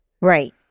Right